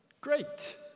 great